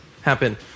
happen